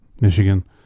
Michigan